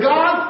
God